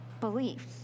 beliefs